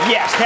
Yes